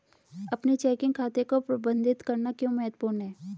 अपने चेकिंग खाते को प्रबंधित करना क्यों महत्वपूर्ण है?